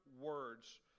words